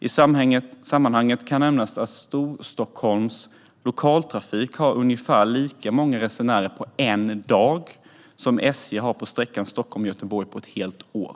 I sammanhanget kan jag nämna att Storstockholms Lokaltrafik har ungefär lika många resenärer på en dag som SJ har på sträckan Stockholm-Göteborg på ett helt år.